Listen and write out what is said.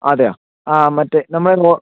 അതെയോ ആ മറ്റേ നമ്മുടെ റോ